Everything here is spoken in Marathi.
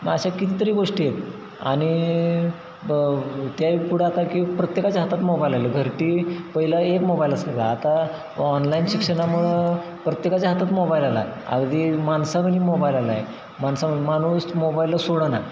मग अशा कितीतरी गोष्टी आहेत आणि ब त्याही पुढं आता की प्रत्येकाच्या हातात मोबाईल आले घरटी पहिलं एक मोबाईल असायचा आता ऑनलाईन शिक्षणामुळं प्रत्येकाच्या हातात मोबाईल आला अगदी माणसागणीक मोबाईल आला आहे माणसा माणूस मोबाईल सोडेना